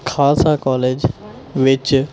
Khalsa college ਵਿੱਚ